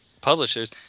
publishers